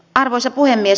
arvoisa puhemies